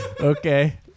Okay